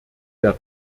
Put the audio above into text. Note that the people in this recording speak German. der